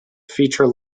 feature